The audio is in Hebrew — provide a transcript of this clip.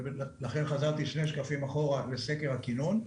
ולכן חזרתי שני שקפים אחורה לסקר הכינון,